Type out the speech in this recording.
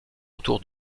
autour